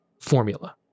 formula